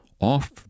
off